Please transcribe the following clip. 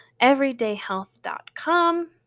everydayhealth.com